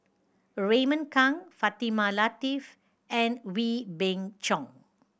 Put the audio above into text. Raymond Kang Fatimah Lateef and Wee Beng Chong